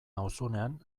nauzunean